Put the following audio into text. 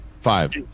Five